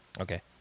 Okay